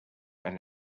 and